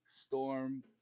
Storm